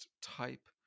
type